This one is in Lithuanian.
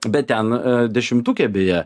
bet ten dešimtuke beje